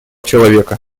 человека